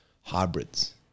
hybrids